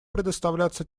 предоставляться